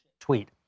tweet